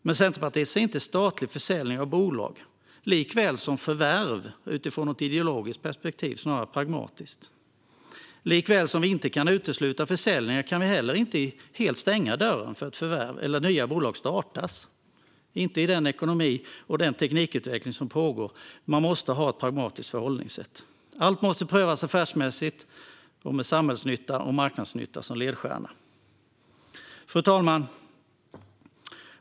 Men Centerpartiet ser inte statlig försäljning av bolag, eller förvärv, utifrån ett ideologiskt perspektiv, snarare ett pragmatiskt. Likaväl som vi inte kan utesluta försäljningar kan vi heller inte helt stänga dörren för förvärv eller för att nya bolag startas, inte med den ekonomi och den teknikutveckling som råder. Man måste ha ett pragmatiskt förhållningssätt. Allt måste prövas affärsmässigt och med samhällsnytta och marknadsnytta som ledstjärnor. Fru talman!